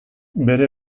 bere